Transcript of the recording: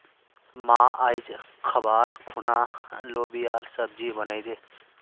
मां, आइज खबार खूना लोबियार सब्जी बनइ दे